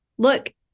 Look